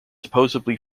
supposedly